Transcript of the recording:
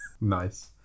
nice